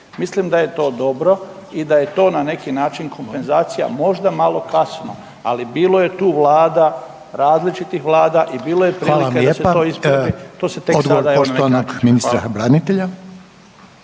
Mislim da je to dobro i da je to na neki način kompenzacija možda malo kasno, ali bilo je tu vlada, različitih vlada i bilo je prilika da se to ispravi. To se tek sada evo na neki način